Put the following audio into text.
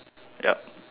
yup